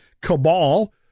cabal